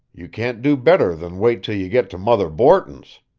you can't do better than wait till you get to mother borton's.